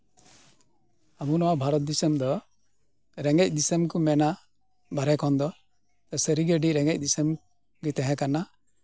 ᱟᱵᱚ ᱱᱚᱣᱟ ᱵᱷᱟᱨᱚᱛ ᱫᱤᱥᱚᱢ ᱫᱚ ᱨᱮᱸᱜᱮᱡ ᱫᱤᱥᱚᱢ ᱠᱚ ᱢᱮᱱᱟ ᱵᱟᱦᱨᱮ ᱠᱷᱚᱱ ᱫᱚ ᱥᱟᱹᱨᱤᱜᱮ ᱟᱹᱰᱤ ᱨᱮᱸᱜᱮᱡ ᱫᱤᱥᱚᱢ ᱛᱟᱦᱮᱸ ᱠᱟᱱᱟ